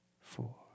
four